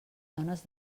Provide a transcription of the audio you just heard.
zones